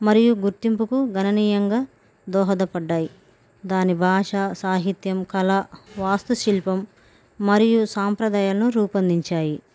మరియు గుర్తింపుకు గణనీయంగా దోహదపడ్డాయి దాని భాష సాహిత్యం కళ వాస్తు శిల్పం మరియు సాంప్రదాయాలను రూపొందించాయి